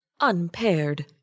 Unpaired